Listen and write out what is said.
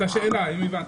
אז תענה לשאלה, אם הבנת.